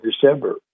December